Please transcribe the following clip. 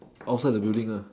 outside the building ah